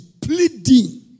pleading